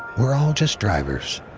we're all just drivers.